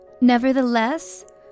Nevertheless